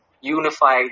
unified